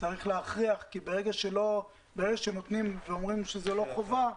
צריך להכריח כי ברגע שנותנים ואומרים שזה לא חובה,